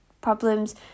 problems